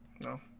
No